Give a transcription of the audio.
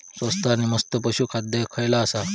स्वस्त आणि मस्त पशू खाद्य खयला आसा?